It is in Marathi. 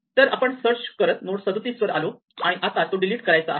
तर आपण सर्च करत नोड 37 वर आलो आणि आता तो डिलीट करायचा आहे